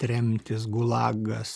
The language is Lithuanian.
tremtis gulagas